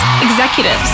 executives